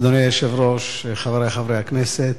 חברי חברי הכנסת,